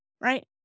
right